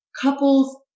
couples